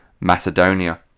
Macedonia